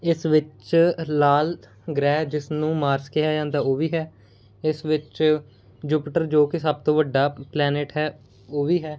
ਇਸ ਵਿੱਚ ਲਾਲ ਗ੍ਰਹਿ ਜਿਸ ਨੂੰ ਮਾਰਸ ਕਿਹਾ ਜਾਂਦਾ ਉਹ ਵੀ ਹੈ ਇਸ ਵਿੱਚ ਜੁਪੀਟਰ ਜੋ ਕਿ ਸਭ ਤੋਂ ਵੱਡਾ ਪਲੈਨਟ ਹੈ ਉਹ ਵੀ ਹੈ